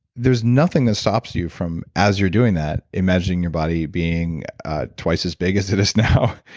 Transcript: there's nothing that stops you from as you're doing that, imagining your body being twice as big as it is now.